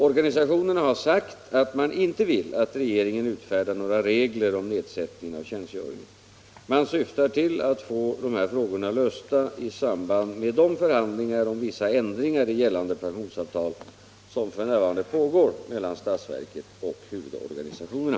Organisationerna har sagt att man inte vill att regeringen utfärdar några regler om nedsättning av tjänstgöringen. Man syftar till att få dessa frågor lösta i samband med de förhandlingar om vissa ändringar i gällande pensionsavtal som f. n. pågår mellan statsverket och huvudorganisationerna.